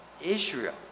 Israel